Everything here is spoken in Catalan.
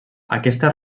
aquesta